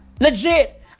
Legit